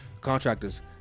contractors